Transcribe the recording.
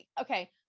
Okay